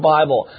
Bible